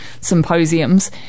symposiums